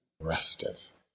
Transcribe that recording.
resteth